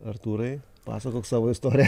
artūrai pasakok savo istoriją